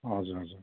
हजुर हजुर